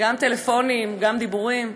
גם טלפונים, גם דיבורים.